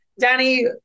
Danny